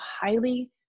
highly